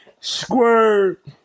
squirt